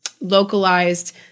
localized